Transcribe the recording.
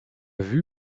vue